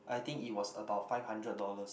I think it was about five hundred dollars